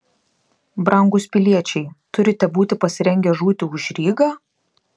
brangūs piliečiai turite būti pasirengę žūti už rygą